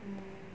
mm